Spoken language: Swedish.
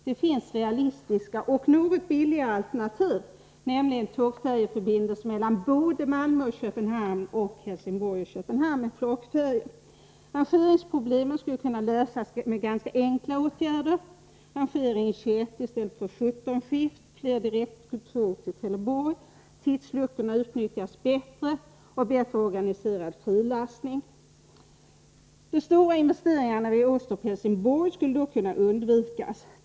Det finns realistiska och något billigare alternativ, nämligen tågfärjeförbindelse både Malmö-Köpenhamn och Helsingborg-Köpenhamn med flakfärjor. Rangeringsproblemen skulle kunna lösas med ganska enkla åtgärder: rangering i 21 i stället för 17 skift, fler direkttåg till Trelleborg, bättre utnyttjande av tidsluckorna och bättre organiserad frilastning. De stora investeringarna vid Åstorp och Helsingborg skulle då kunna undvikas.